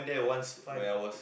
is fun